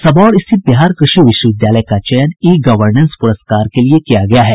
सबौर स्थित बिहार कृषि विश्वविद्यालय का चयन ई गवर्नेंस पुरस्कार के लिए किया गया है